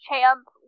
Champ